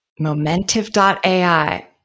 Momentive.ai